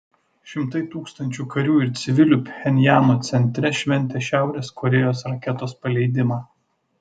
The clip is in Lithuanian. šimtai tūkstančių karių ir civilių pchenjano centre šventė šiaurės korėjos raketos paleidimą